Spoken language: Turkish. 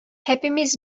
hepimiz